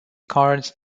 cards